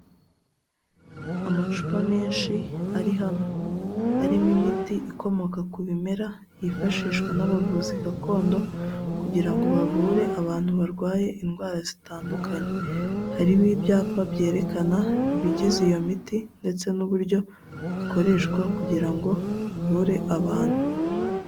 Amacupa menshi ari hamwe, arimo imiti ikomoka ku bimera, yifashishwa n'abavuzi gakondo kugira ngo bavure abantu barwaye indwara zitandukanye, hariho ibyapa byerekana ibigize iyo miti ndetse n'uburyo ikoreshwa kugira ngo ivure abantu.